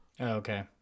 Okay